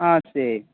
ஆ சரி